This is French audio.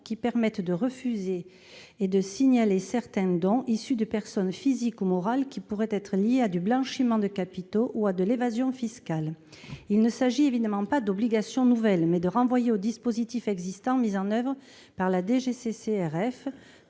permettant de refuser et de signaler les dons issus de personnes physiques ou morales susceptibles d'être liées à du blanchiment de capitaux ou de l'évasion fiscale. Il ne s'agit évidemment pas d'instaurer des obligations nouvelles, mais de renvoyer aux dispositifs mis en oeuvre par la DGCCRF,